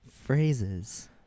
phrases